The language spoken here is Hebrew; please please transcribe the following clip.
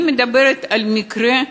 אני מדברת על מקרה,